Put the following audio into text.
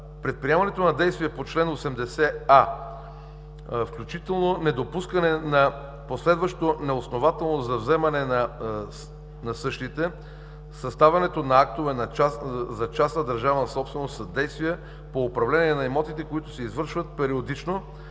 Предприемането на действия по чл. 80а, включително недопускане на последващо неоснователно завземане на същите съставянето на актове за частна-държавна собственост са действия по управление на имотите, които се извършват периодично,